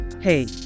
Hey